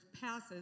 passes